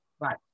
Right